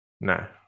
No